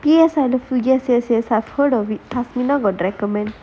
P_S I love you yes yes yes I've heard of it tough now got recommend